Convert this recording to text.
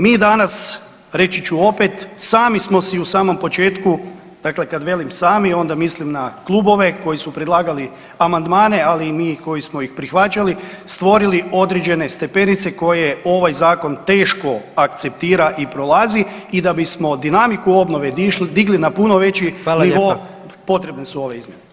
Mi danas reći ću opet, sami smo si u samom početku, dakle kad velim sami onda mislim na klubove koji su predlagali amandmane ali i mi koji smo ih prihvaćali stvorili određene stepenice koje ovaj zakon teško akceptira i prolazi i da bismo dinamiku obnove digli na puno veći nivo [[Upadica: Hvala lijepa.]] potrebne su ove izmjene.